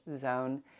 zone